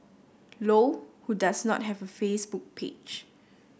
Low who does not have a Facebook page